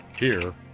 here,